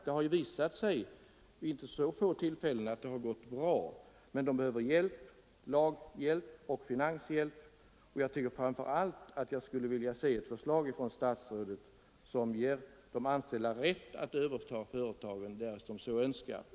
Det har ju visat sig vid inte så få tillfällen att det har gått bra. Men de behöver hjälp, juridisk hjälp och finansieringshjälp. Jag skulle framför allt vilja se ett förslag från statsrådet som ger de anställda rätt att överta företaget, om de så önskar.